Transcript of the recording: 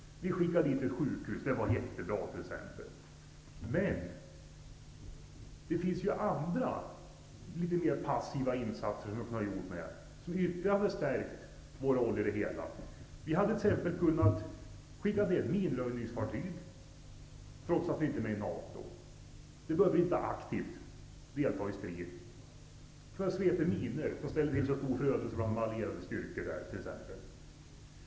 Vi bidrog med ett sjukhus, och det var ju bra. Men det finns ju andra, litet passiva insatser, som ytterligare skulle ha förstärkt vår roll. Vi hade kunnat skicka ett minröjningsfartyg, trots att vi inte är med i NATO. Man behöver inte aktivt delta i strid för att svepa minor som ställde till så stor förödelse bland de allierades styrkor.